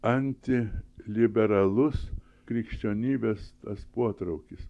anti liberalus krikščionybės tas potraukis